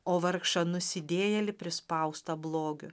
o vargšą nusidėjėlį prispaustą blogiu